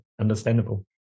understandable